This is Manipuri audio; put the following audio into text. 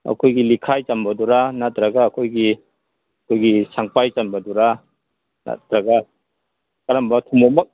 ꯑꯩꯈꯣꯏꯒꯤ ꯂꯤꯛꯈꯥꯏ ꯆꯟꯕꯗꯨꯔ ꯅꯠꯇ꯭ꯔꯒ ꯑꯩꯈꯣꯏꯒꯤ ꯑꯩꯈꯣꯏꯒꯤ ꯁꯪꯄꯥꯏ ꯆꯟꯕꯗꯨꯔ ꯅꯠꯇ꯭ꯔꯒ ꯀꯔꯝꯕ ꯊꯨꯃꯣꯛꯃꯛ